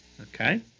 Okay